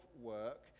work